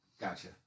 Gotcha